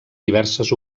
diverses